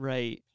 Right